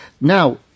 Now